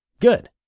Good